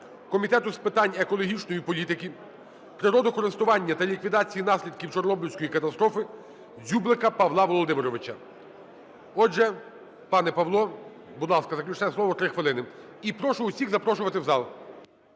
Комітету з питань екологічної політики, природокористування та ліквідації наслідків Чорнобильської катастрофи Дзюблика Павла Володимировича. Отже, пане Павло, будь ласка, заключне слово, 3 хвилини. І прошу всіх запрошувати в зал.